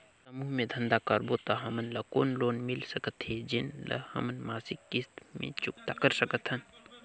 समूह मे धंधा करबो त हमन ल कौन लोन मिल सकत हे, जेन ल हमन मासिक किस्त मे चुकता कर सकथन?